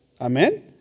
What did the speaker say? amen